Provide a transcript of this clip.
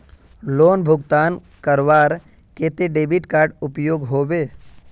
Loan भुगतान करवार केते डेबिट कार्ड उपयोग होबे?